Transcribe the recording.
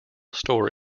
store